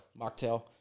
Mocktail